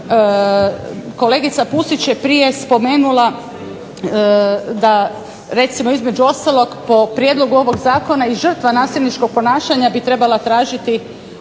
Kolegica Pusić je prije spomenula, da recimo između ostalog po prijedlogu ovoga Zakona i žrtva nasilničkog ponašanja bi trebala tražiti